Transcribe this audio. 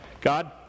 God